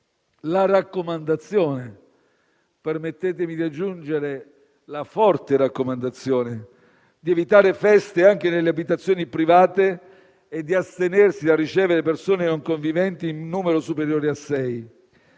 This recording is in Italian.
la raccomandazione - permettetemi di aggiungere la forte raccomandazione - di evitare feste anche nelle abitazioni private e di astenersi dal ricevere persone non conviventi in numero superiore a